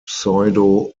pseudo